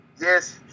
yes